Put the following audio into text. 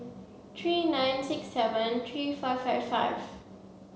three nine six seven three five five five